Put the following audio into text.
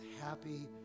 happy